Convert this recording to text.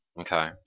Okay